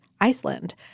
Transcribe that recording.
Iceland